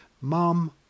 mum